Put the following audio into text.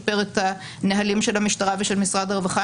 אנחנו יכולים לשפר את הנהלים של המשטרה ושל משרד הרווחה.